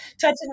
touching